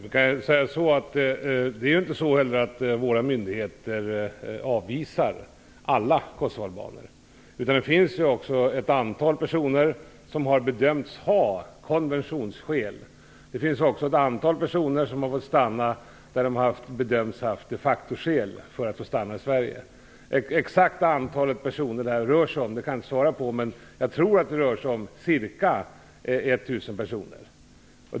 Herr talman! Det är inte så att våra myndigheter avvisar alla kosovoalbaner. Det finns ett antal personer som har bedömts ha konventionsskäl. Det finns också ett antal personer som har fått stanna därför att de bedömts ha de facto-skäl för att få stanna i Sverige. Jag kan inte ange det exakta antalet personer, men jag tror att det rör sig om ca 1 000 personer.